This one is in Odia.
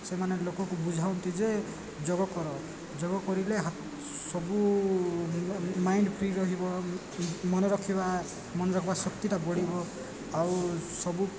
ସେମାନେ ଲୋକକୁ ବୁଝାଉନ୍ତି ଯେ ଯୋଗ କର ଯୋଗ କରିଲେ ହା ସବୁ ମାଇଣ୍ଡ ଫ୍ରି ରହିବ ମନେରଖିବା ମନେରଖିବା ଶକ୍ତିଟା ବଢ଼ିବ ଆଉ ସବୁ